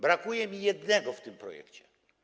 Brakuje mi jednego w tym projekcie.